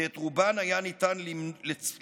כי את רובן היה ניתן לצפות